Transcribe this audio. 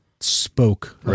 Spoke